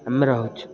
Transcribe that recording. ଆମେ ରହୁଛୁ